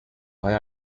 why